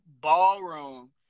ballroom